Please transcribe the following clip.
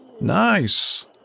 Nice